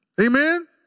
amen